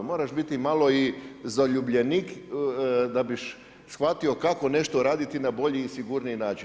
Moraš biti malo i zaljubljenik da bi shvatio kako nešto raditi na bolji i sigurniji način.